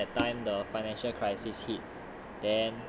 九七年 that time the financial crisis hit